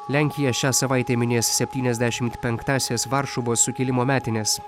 lenkija šią savaitę minės septyniasdešimt penktąsias varšuvos sukilimo metines